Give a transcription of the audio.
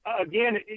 again